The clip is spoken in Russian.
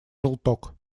желток